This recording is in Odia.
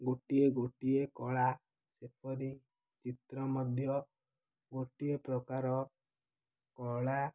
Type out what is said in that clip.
ଗୋଟିଏ ଗୋଟିଏ କଳା ସେପରି ଚିତ୍ର ମଧ୍ୟ ଗୋଟିଏ ପ୍ରକାର କଳା